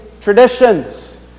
traditions